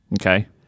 Okay